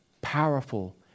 powerful